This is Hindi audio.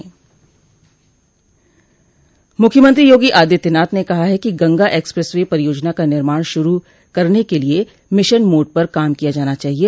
मुख्यमंत्री योगी आदित्यनाथ ने कहा है कि गंगा एक्सप्रेस वे परियोजना का निर्माण शुरू करने के लिये मिशन मोड पर काम किया जाना चाहिये